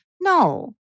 No